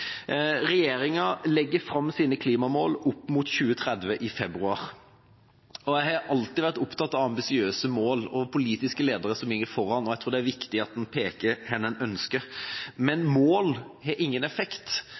legger fram sine klimamål opp mot 2030 i februar. Jeg har alltid vært opptatt av ambisiøse mål og politiske ledere som ligger foran, og jeg tror det er viktig at en peker på det en ønsker. Men mål har ingen effekt